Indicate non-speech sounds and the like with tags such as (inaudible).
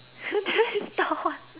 (laughs)